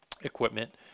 equipment